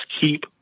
keep